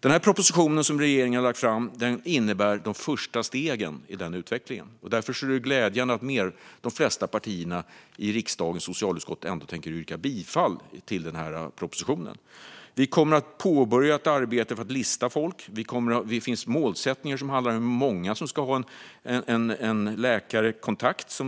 Den här propositionen som regeringen har lagt fram innebär de första stegen i den utvecklingen. Därför är det glädjande att de flesta partierna i riksdagens socialutskott tänker yrka bifall till propositionen. Vi kommer att påbörja ett arbete för att lista folk. Det finns målsättningar som handlar om hur många som ska ha en fast läkarkontakt.